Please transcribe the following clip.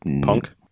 Punk